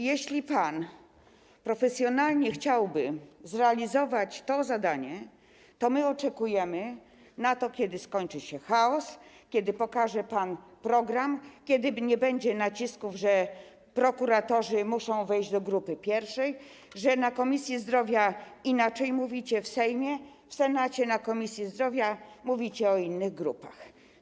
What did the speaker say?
Jeśli pan profesjonalnie chciałby zrealizować to zadanie, to my oczekujemy na to, kiedy skończy się chaos, kiedy pokaże pan program, kiedy nie będzie nacisków, że prokuratorzy muszą wejść do grupy pierwszej, że na posiedzeniu Komisji Zdrowia inaczej mówicie w Sejmie, a w Senacie na posiedzeniu Komisji Zdrowia mówicie o innych grupach.